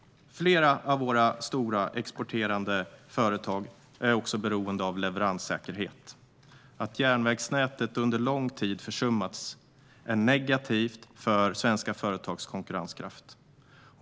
Flera av våra stora exporterande företag är beroende av leveranssäkerhet. Att järnvägsnätet under lång tid försummats är negativt för svenska företags konkurrenskraft.